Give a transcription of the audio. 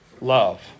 love